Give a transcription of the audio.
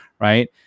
right